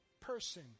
person